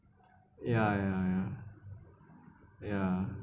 ya ya ya ya